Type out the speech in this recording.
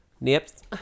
Nips